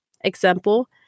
example